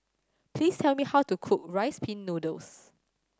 please tell me how to cook Rice Pin Noodles